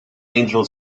angel